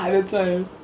ya that's why